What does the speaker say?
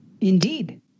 Indeed